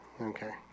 Okay